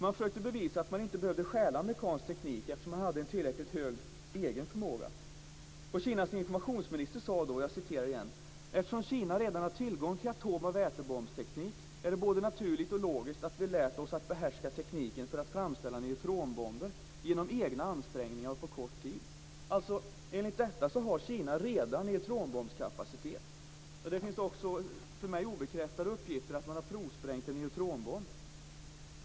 Man försökte bevisa att man inte behövda stjäla amerikansk teknik, eftersom man hade en tillräckligt stor egen förmåga. Kinas informationsminister sade då, och jag citerar igen: "Eftersom Kina redan har tillgång till atomoch vätebombsteknik, är det både naturligt och logiskt att vi lärt oss att behärska tekniken för att framställa neutronbomber genom egna ansträngningar och på kort tid." Enligt detta har alltså Kina redan neutronbombskapacitet. Det finns också för mig obekräftade uppgifter att man har provsprängt en neutronbomb.